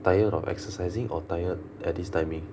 tired of exercising or tired at this timing